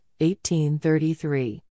1833